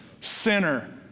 sinner